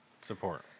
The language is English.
Support